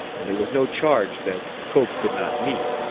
and there was no charge that cope could not meet,